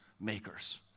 makers